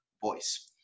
voice